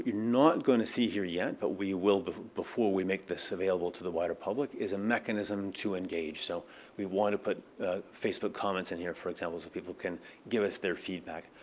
you know not going to see here yet. but we will before we make this available to the wider public a mechanism to engage. so we want to put facebook comments in here, for example, so people can give us their feedback.